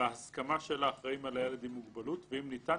בהסכמה של האחראים על הילד עם מוגבלות ואם ניתן,